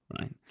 right